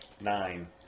Nine